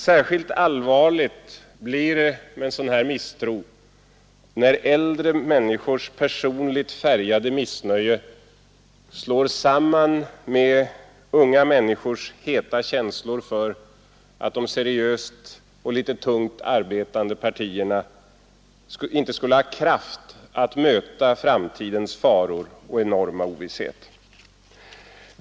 Särskilt allvarlig blir en sådan här misstro när äldre människors personligt färgade missnöje slår sig samman med unga människors heta känslor för att de seriöst och litet tungt arbetande partierna inte skulle ha kraft att möta framtidens faror och enorma ovisshet.